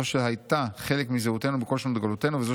זו שהייתה חלק מזהותנו בכל שנות גלותנו וזו